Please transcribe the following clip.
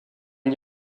n’y